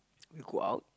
you go out